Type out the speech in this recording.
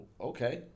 okay